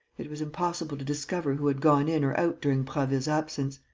it was impossible to discover who had gone in or out during prasville's absence.